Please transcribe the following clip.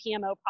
PMO